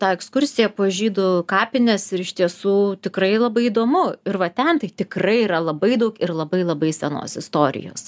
tą ekskursiją po žydų kapines ir iš tiesų tikrai labai įdomu ir va ten tai tikrai yra labai daug ir labai labai senos istorijos